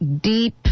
deep